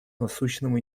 насущным